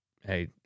hey